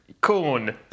corn